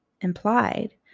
implied